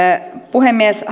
puhemies